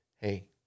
hey